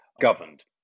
governed